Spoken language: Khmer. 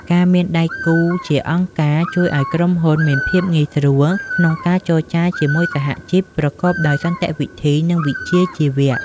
ការមានដៃគូជាអង្គការ ជួយឱ្យក្រុមហ៊ុនមានភាពងាយស្រួលក្នុងការចរចាជាមួយសហជីពប្រកបដោយសន្តិវិធី និងវិជ្ជាជីវៈ។